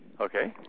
Okay